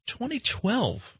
2012